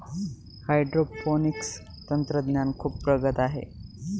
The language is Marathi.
हायड्रोपोनिक्स तंत्रज्ञान खूप प्रगत आहे